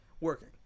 Working